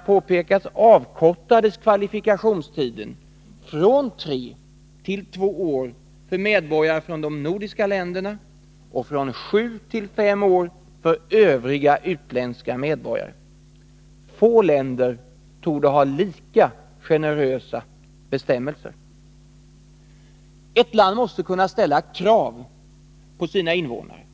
påpekats avkortades år 1976 kvalifikationstiden 9 december 1982 från tre till två år för medborgare från de nordiska länderna och från SJU MIL: snittets fem år för övriga utländska medborgare. Få länder torde ha lika generösa Vissa författningsbestämmelser. Ett land måste kunna ställa krav på sina invånare.